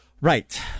Right